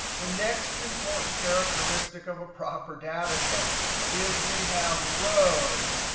the next important characteristic of a proper data set is we have rows.